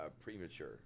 premature